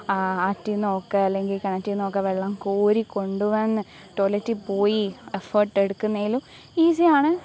ആറ്റിൽ നിന്നോ ഒക്കെ അല്ലെങ്കിൽ കിണറ്റിൽ നിന്നോ ഒക്കെ വെള്ളം കോരി കൊണ്ടുവന്ന് ടോയ്ലെറ്റിൽപ്പോയി എഫ്ഫേർട്ട് എടുക്കുന്നതിലും ഈസിയാണ്